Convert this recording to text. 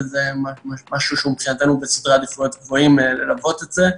וזה משהו שהוא מבחינתנו בסדרי עדיפויות גבוהים ללוות את זה,